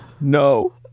No